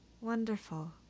Wonderful